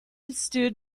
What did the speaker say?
stood